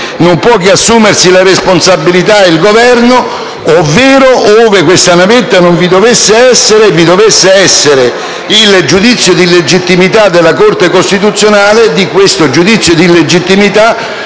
non può che assumersi il Governo, ovvero, ove questa navetta non ci dovesse essere e dovesse esservi il giudizio di illegittimità della Corte costituzionale, di questo giudizio di illegittimità